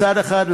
מצד אחד,